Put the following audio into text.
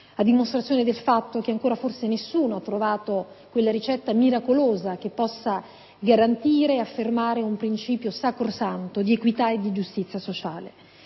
a dimostrazione del fatto che ancora forse nessuno ha trovato quella ricetta miracolosa che possa garantire ed affermare un principio sacrosanto di equità e di giustizia sociale.